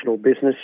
business